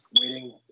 waiting